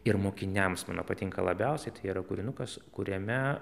ir mokiniams mano patinka labiausiai tai yra kūrinukas kuriame